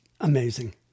Amazing